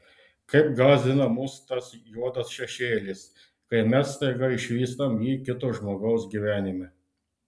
kaip gąsdina mus tas juodas šešėlis kai mes staiga išvystam jį kito žmogaus gyvenime